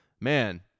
Man